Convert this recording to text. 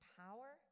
power